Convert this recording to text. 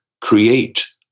create